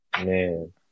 man